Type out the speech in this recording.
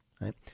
right